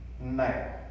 now